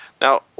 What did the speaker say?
Now